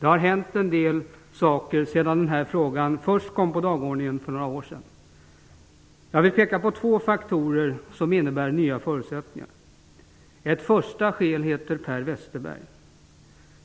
Det har hänt en hel del saker sedan frågan först kom upp på dagordningen för några år sedan. Jag vill peka på två faktorer som innebär nya förutsättningar. Ett första skäl heter Per Westerberg.